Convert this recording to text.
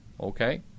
Okay